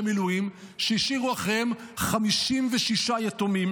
מילואים שהשאירו אחריהם 56 יתומים,